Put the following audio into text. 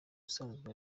usanzwe